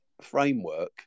framework